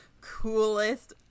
coolest